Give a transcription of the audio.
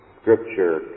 Scripture